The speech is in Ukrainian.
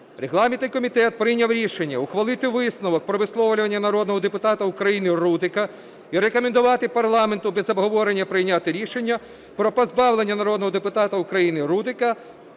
Регламентний комітет прийняв рішення: ухвалити висновок про висловлювання народного депутата України Рудика і рекомендувати парламенту без обговорення прийняти рішення про позбавлення народного депутата України Рудика